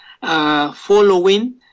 following